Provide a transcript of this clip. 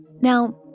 Now